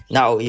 Now